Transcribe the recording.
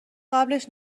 قبلش